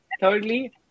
Thirdly